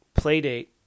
Playdate